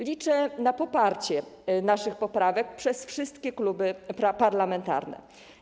Liczę na poparcie naszych poprawek przez wszystkie kluby parlamentarne.